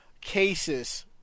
cases